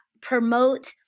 promote